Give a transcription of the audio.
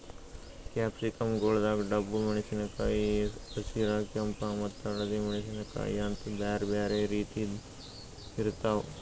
capsicum ಗೊಳ್ದಾಗ್ ಡಬ್ಬು ಮೆಣಸಿನಕಾಯಿ, ಹಸಿರ, ಕೆಂಪ ಮತ್ತ ಹಳದಿ ಮೆಣಸಿನಕಾಯಿ ಅಂತ್ ಬ್ಯಾರೆ ಬ್ಯಾರೆ ರೀತಿದ್ ಇರ್ತಾವ್